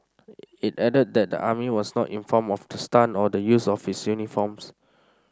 it added that the army was not informed of the stunt or the use of its uniforms